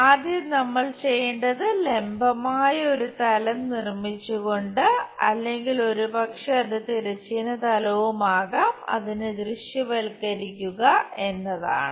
ആദ്യം നമ്മൾ ചെയ്യേണ്ടത് ലംബമായ ഒരു തലം നിർമ്മിച്ചുകൊണ്ട് അല്ലെങ്കിൽ ഒരുപക്ഷെ അത് തിരശ്ചീന തലവും ആകാം അതിനെ ദൃശ്യവത്കരിക്കുക എന്നതാണ്